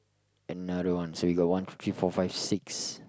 another one so we got one two three four five six